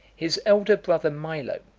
his elder brother milo,